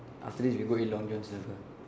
after this we go eat Long John Silver